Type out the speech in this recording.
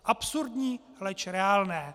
Absurdní, leč reálné.